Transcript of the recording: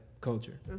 culture